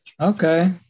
Okay